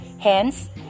Hence